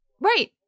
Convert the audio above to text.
right